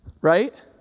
Right